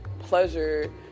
pleasure